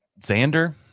Xander